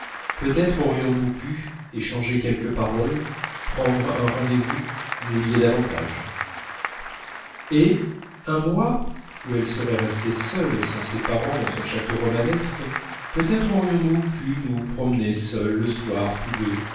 peut-être aurions-nous pu échanger quelques paroles prendre un rendez-vous nous lier davantage et un mois où elle serait restée seule sans ses parents dans son château romanesque peut-être aurions-nous pu nous promener seuls le soir tous deux